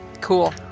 Cool